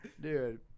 Dude